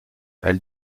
elle